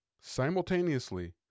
Simultaneously